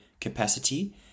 capacity